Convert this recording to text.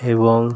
ଏବଂ